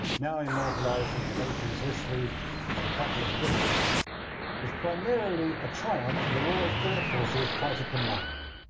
now immortalized in the nation's history as the battle of britain was primarily a triumph of the royal air force's fighter command.